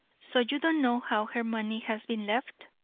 so you don't know how her money has been left?